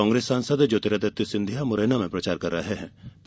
कांग्रेस सांसद ज्योतिरादित्य सिंधिया मुरैना में प्रचार करेंगे